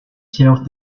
self